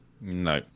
No